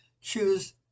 choose